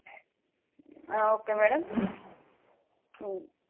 okay madam